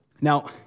Now